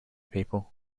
people